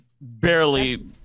barely